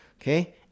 Okay